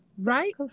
right